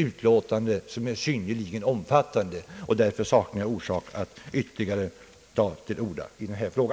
utlåtande från bankoutskottet. Jag saknar därför nu anledning till att uppta den debatten.